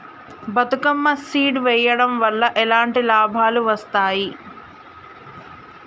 Bathukamma seed వెయ్యడం వల్ల ఎలాంటి లాభాలు వస్తాయి?